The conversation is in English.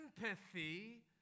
sympathy